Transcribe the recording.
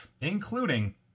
including